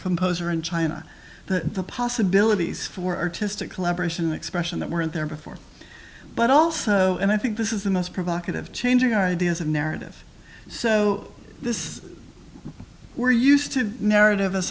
composer in china the possibilities for artistic collaboration expression that weren't there before but also and i think this is the most provocative changing our ideas of narrative so this we're used to narrative as